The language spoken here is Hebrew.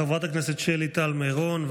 חברת הכנסת שלי טל מירון.